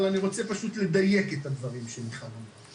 אבל אני רוצה פשוט לדייק את הדברים שמיכל אמרה.